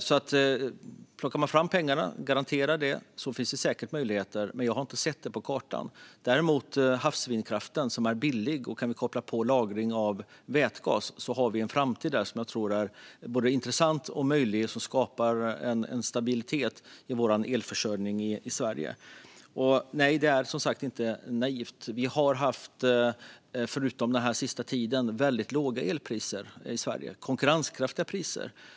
Om man plockar fram pengar och garanterar finns det säkert möjligheter, men jag har inte sett det på kartan. I havsvindkraften, som är billig och där lagring av vätgas kan kopplas på, har vi däremot en framtid som jag tror är både intressant och möjlig och som skapar en stabilitet i vår elförsörjning i Sverige. Nej, det är som sagt inte naivt. Vi har, förutom den senaste tiden, haft väldigt låga och konkurrenskraftiga elpriser i Sverige.